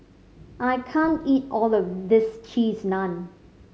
I can't eat all of this Cheese Naan